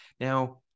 Now